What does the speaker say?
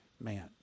man